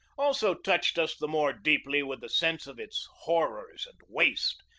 also touched us the more deeply with the sense of its horrors and waste,